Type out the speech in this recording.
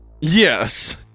Yes